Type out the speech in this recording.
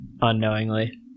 unknowingly